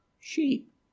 sheep